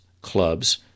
clubs